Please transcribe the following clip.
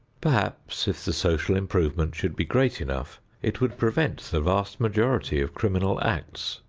perhaps if the social improvement should be great enough it would prevent the vast majority of criminal acts.